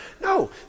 No